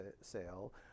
sale